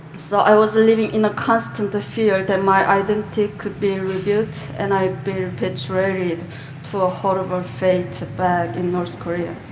so i was living in constant fear that my identity could be revealed, and i would be repatriated to a horrible fate, back in north korea.